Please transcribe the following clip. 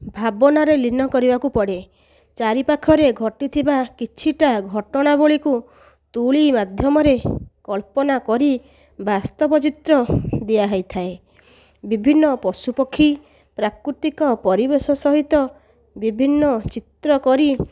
ଭାବନାରେ ଲୀନ କରିବାକୁ ପଡ଼େ ଚାରିପାଖରେ ଘଟିଥିବା କିଛିଟା ଘଟଣା ବଳିକୁ ତୁଳି ମାଧ୍ୟମରେ କଳ୍ପନା କରି ବାସ୍ତବ ଚିତ୍ର ଦିଆହେଇଥାଏ ବିଭିନ୍ନ ପଶୁ ପକ୍ଷୀ ପ୍ରାକୃତିକ ପରିବେଶ ସହିତ ବିଭିନ୍ନ ଚିତ୍ର କରି